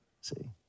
See